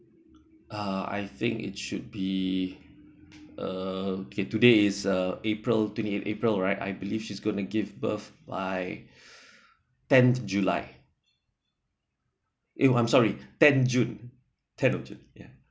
uh I think it should be err okay today is uh april twenty eight april right I believe she's going to give birth by tenth july if I'm sorry tenth june tenth of june